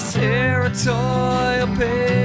territory